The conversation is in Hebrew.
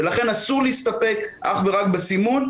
ולכן אסור להסתפק אך ורק בסימון,